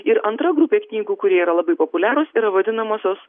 ir antra grupė knygų kurie yra labai populiarūs yra vadinamosios